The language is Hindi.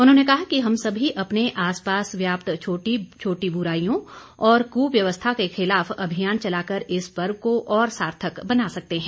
उन्होंने कहा कि हम सभी अपने आस पास व्याप्त छोटी छोटी बुराईयों और कुव्यवस्था के खिलाफ अभियान चलाकर इस पर्व को और सार्थक बना सकते हैं